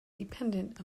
dependent